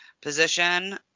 position